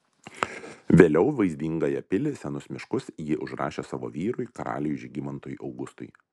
vėliau vaizdingąją pilį senus miškus ji užrašė savo vyrui karaliui žygimantui augustui